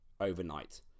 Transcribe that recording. overnight